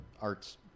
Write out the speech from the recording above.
arts